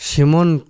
Simon